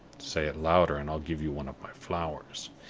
say it louder, and i'll give you one of my flowers,